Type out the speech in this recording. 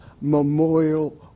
memorial